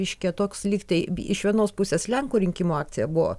reiškia toks lyg tai iš vienos pusės lenkų rinkimų akcija buvo